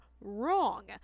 wrong